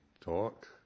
talk